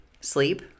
sleep